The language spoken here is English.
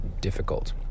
difficult